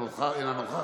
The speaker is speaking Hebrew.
אינה נוכחת,